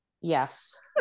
yes